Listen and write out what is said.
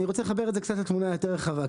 אני רוצה לחבר את זה קצת לתמונה היותר רחבה,